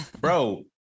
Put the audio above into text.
Bro